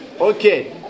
Okay